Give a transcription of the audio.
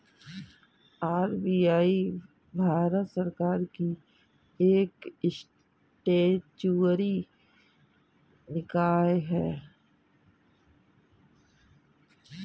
RBI Bharat सरकार की एक स्टेचुअरी निकाय है